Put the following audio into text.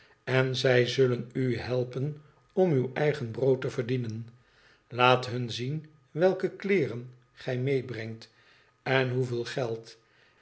en zij zullen u helpen om qw eigen brood te verdienen laat hun zien welke kleeren gij meebrengt en hoeveel geld